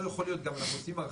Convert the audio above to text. אנחנו עובדים גם על חווה,